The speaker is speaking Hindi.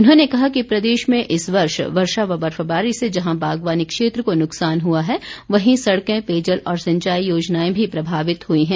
उन्होंने कहा कि प्रदेश में इस वर्ष वर्षा व बर्फबारी से जहां बागवानी क्षेत्र को नुकसान हुआ है वहीं सड़कें पेयजल और सिंचाई योजनाएं भी प्रभावित हुई हैं